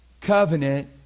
Covenant